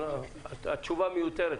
אבל התשובה מיותרת.